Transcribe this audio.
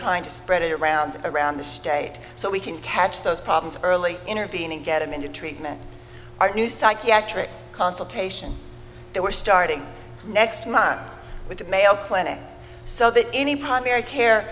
trying to spread it around around the state so we can catch those problems early intervening get them into treatment our new psychiatric consultation they were starting next month with the mayo clinic so that any primary care